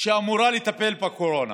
שאמורה לטפל בקורונה.